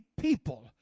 people